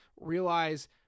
realize